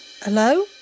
Hello